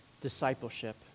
discipleship